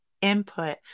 input